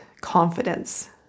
confidence